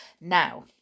Now